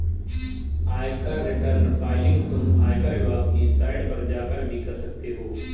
आयकर return filing तुम आयकर विभाग की साइट पर जाकर भी कर सकते हो